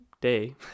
day